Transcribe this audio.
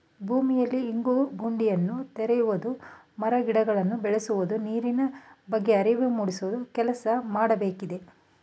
ಭೂಮಿಯಲ್ಲಿ ಇಂಗು ಗುಂಡಿಯನ್ನು ತೆರೆಯುವುದು, ಮರ ಗಿಡಗಳನ್ನು ಬೆಳೆಸುವುದು, ನೀರಿನ ಬಗ್ಗೆ ಅರಿವು ಮೂಡಿಸುವ ಕೆಲಸ ಮಾಡಬೇಕಿದೆ